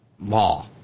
law